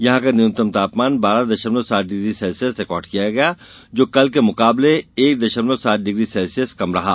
यहां का न्यूनतम तापमान बारह दशमलव सात डिग्री सेल्सियस दर्ज हुआ जो कल के मुकाबले एक दशमलव सात डिग्री सेल्सियस कम रहा